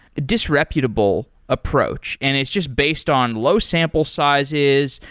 disreputable approach, and it's just based on low sample sizes,